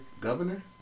Governor